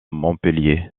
montpellier